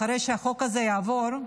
אחרי שהחוק הזה יעבור,